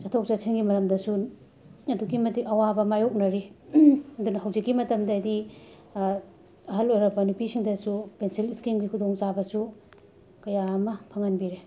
ꯆꯠꯊꯣꯛ ꯆꯠꯁꯤꯟꯒꯤ ꯃꯔꯝꯗꯁꯨ ꯑꯗꯨꯛꯀꯤ ꯃꯇꯤꯛ ꯑꯋꯥꯕ ꯃꯥꯌꯣꯛꯅꯔꯤ ꯑꯗꯨꯅ ꯍꯧꯖꯤꯛꯀꯤ ꯃꯇꯝꯗꯗꯤ ꯑꯍꯜ ꯑꯣꯏꯔꯛꯄ ꯅꯨꯄꯤꯁꯤꯡꯗꯁꯨ ꯄꯦꯟꯁꯤꯟ ꯁ꯭ꯀꯤꯝꯒꯤ ꯈꯨꯗꯣꯡ ꯆꯥꯕꯁꯨ ꯀꯌꯥ ꯑꯃ ꯐꯪꯍꯟꯕꯤꯔꯦ